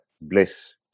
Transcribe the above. bliss